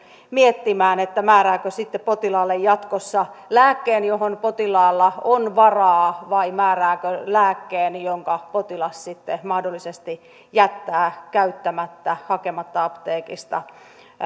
miettimään määrääkö sitten potilaalle jatkossa lääkkeen johon potilaalla on varaa vai määrääkö lääkkeen jonka potilas sitten mahdollisesti jättää käyttämättä hakematta apteekista